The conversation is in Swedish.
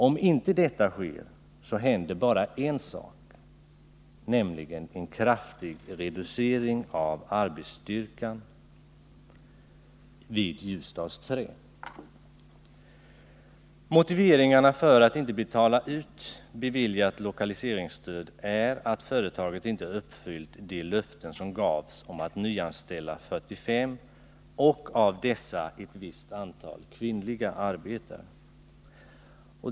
Om inte detta sker händer bara en sak, nämligen en kraftig reducering av arbetsstyrkan vid Ljusdals Trä. Motiveringarna för att inte betala ut beviljat lokaliseringsstöd är att företaget inte uppfyllt de löften som gavs om att nyanställa 45 personer och av dessa ett visst antal kvinnliga arbetare.